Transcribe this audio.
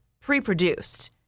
pre-produced